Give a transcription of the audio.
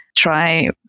try